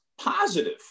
positive